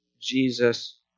Jesus